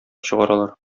чыгаралар